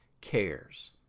cares